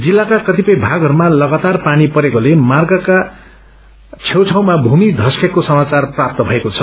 जिल्लाका कतिपय भागहरूमा लगातार पानी परेकोले मार्गका छेउछाउमा भूमि धस्केको समाचार प्राप्त भएको छ